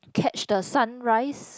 catch the sunrise